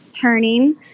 turning